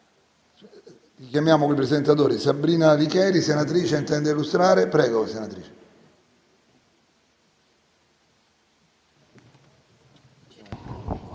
Grazie,